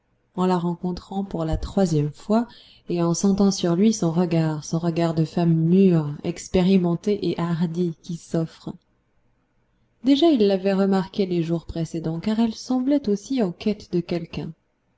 en la rencontrant pour la troisième fois et en sentant sur lui son regard son regard de femme mûre expérimentée et hardie qui s'offre déjà il l'avait remarquée les jours précédents car elle semblait aussi en quête de quelqu'un